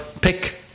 Pick